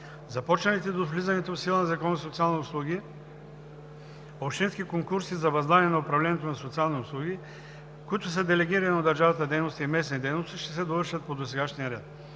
Започналите до влизането в сила на ЗСУ общински конкурси за възлагане на управлението на социални услуги, които са делегирани от държавата дейности и местни дейности, ще се довършат по досегашния ред.